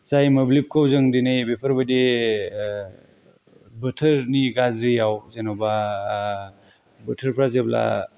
जाय मोब्लिबखौ जों दिनै बेफोरबायदि बोथोरनि गाज्रियाव जेनेबा बोथोरफ्रा जेब्ला